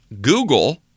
Google